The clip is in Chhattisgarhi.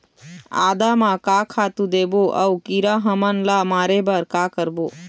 आदा म का खातू देबो अऊ कीरा हमन ला मारे बर का करबो?